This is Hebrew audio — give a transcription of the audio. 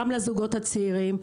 גם לזוגות הצעירים,